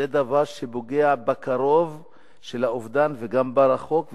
זה דבר שפוגע בקרוב לאובדן וגם ברחוק,